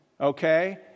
okay